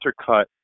intercut